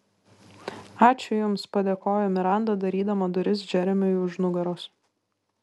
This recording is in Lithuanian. ačiū jums padėkojo miranda darydama duris džeremiui už nugaros